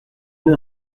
une